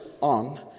on